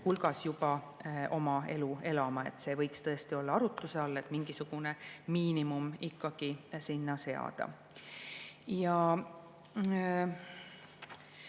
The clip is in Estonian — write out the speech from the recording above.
hulgas juba oma elu elama. See võiks tõesti olla arutluse all, et mingisugune miinimum ikkagi seada.